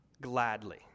gladly